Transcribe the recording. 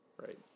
Right